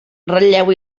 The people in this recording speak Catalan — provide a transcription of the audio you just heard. ratlleu